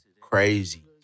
crazy